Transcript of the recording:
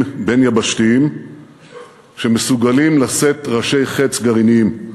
בין-יבשתיים שמסוגלים לשאת ראשי חץ גרעיניים.